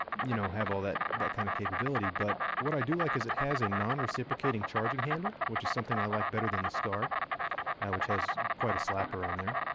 you know, have all of that kind of capability, but what i do like is it has a non-reciprocating charging handle which is something i like better than the star which has quite a slap around there.